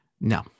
No